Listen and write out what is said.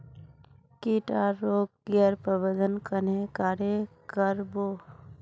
किट आर रोग गैर प्रबंधन कन्हे करे कर बो?